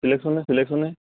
চিলেকশ্যনহে চিলেকশ্যনহে